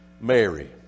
Mary